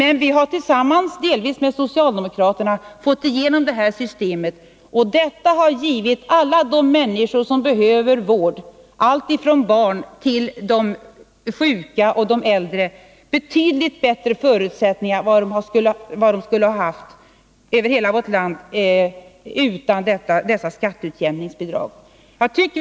Vi har, delvis tillsammans med socialdemokraterna, fått igenom det här systemet, och det har givit alla de människor över hela vårt land som behöver vård, alltifrån barn till sjuka och äldre, betydligt bättre förutsättningar än vad de skulle ha haft utan detta skatteutjämningsbidrag.